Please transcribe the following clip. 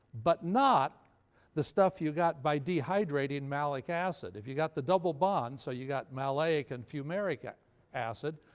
but not the stuff you got by dehydrating malic acid. if you got the double bond, so you got maleic and fumaric acid,